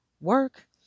work